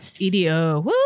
Edo